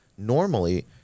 normally